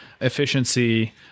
efficiency